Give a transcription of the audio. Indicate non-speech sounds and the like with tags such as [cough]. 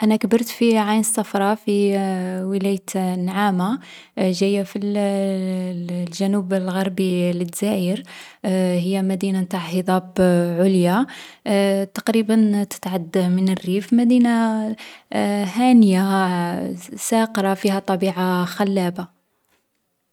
أنا كبرت في عين الصفرا، في [hesitation] ولاية النعامة. جاية في الـ [hesitation] الـ الجنوب الغربي لدزاير. [hesitation] هي مدينة نتاع هضاب عليا. [hesitation] تقريبا تتعد من الريف، مدينة [hesitation] هانية سـ ساقرة فيها طبيعة خلابة.